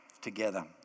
together